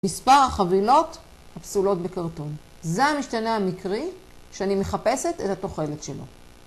מספר החבילות הפסולות בקרטון, זה המשתנה המקרי שאני מחפשת את התוחלת שלו.